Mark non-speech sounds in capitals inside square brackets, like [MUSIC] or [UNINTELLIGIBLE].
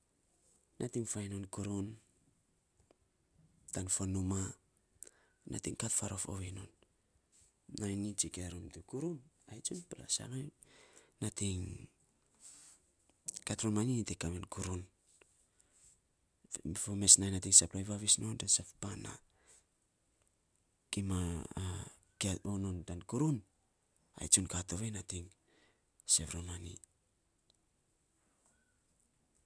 Nating faan non kurun, tan fo numaa, nating kat faarof ovei non. Nainy nyi tsikia nom tu kurun [UNINTELLIGIBLE] nating kat romanyi nyi te ka mem kuruu, fo mes nainy nating sabplai vavis non tan saf pan naa. Kima [HESITATION] kiama [HESITATION] on non tu kurun ai tsun ka tovei nating saplai non tan kurun. [UNINTELLIGIBLE]